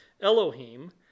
Elohim